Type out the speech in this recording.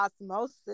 osmosis